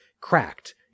cracked